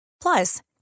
Plus